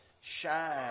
shine